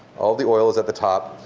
all the oils at the top.